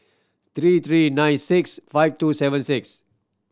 three three nine six five two seven six